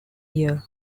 year